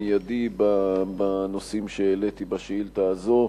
המיידי, בנושאים שהעליתי בשאילתא הזו,